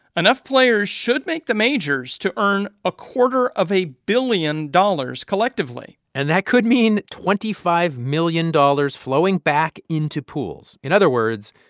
enough players should make the majors to earn a quarter of a billion dollars collectively and that could mean twenty five million dollars flowing back into pools. in other words,